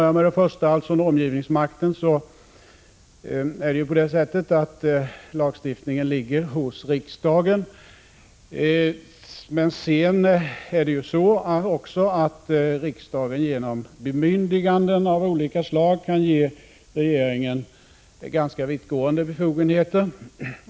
1985/86:146 I vad gäller normgivningsmakten ligger lagstiftningsrätten hos riksdagen, 21 maj 1986 men genom bemyndiganden av olika slag kan riksdagen också ge regeringen ZH Granskning av statsrå ganska vittgående befogenheter.